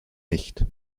nicht